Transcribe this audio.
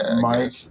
Mike